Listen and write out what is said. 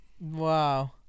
Wow